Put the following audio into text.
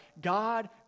God